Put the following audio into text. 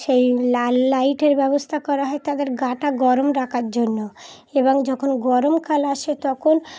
সেই লাল লাইটের ব্যবস্থা করা হয় তাদের গা টা গরম রাখার জন্য এবং যখন গরমকাল আসে তখন